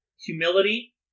humility